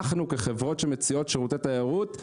כחברות שמציעות שירותי תיירות,